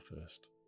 first